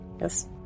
Yes